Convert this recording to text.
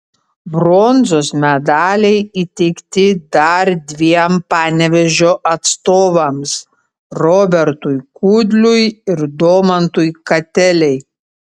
bronzos medaliai įteikti dar dviem panevėžio atstovams robertui kudliui ir domantui katelei